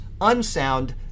unsound